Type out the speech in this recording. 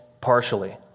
partially